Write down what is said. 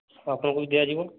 ହଁ ଆପଣଙ୍କୁ ବି ଦିଆଯିବ